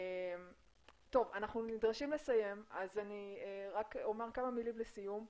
אומר כמה מילים לסיום.